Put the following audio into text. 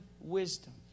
wisdom